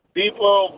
people